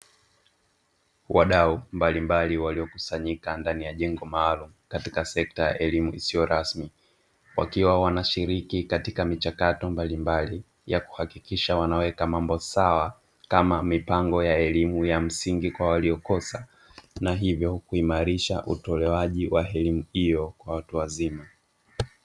Wadau mbalimbali waliokusanyika ndani ya jengo maalumu katika sekta ya elimu isiyo rasmi, wakiwa wanashiriki katika michakato mbalimbali ya kuhakikisha wanaweka mambo sawa kama mipango ya elimu ya msingi kwa waliokosa, na hivyo kuimarisha utolewaji wa elimu hiyo kwa watu wazima.